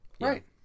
Right